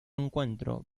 encuentro